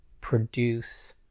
produce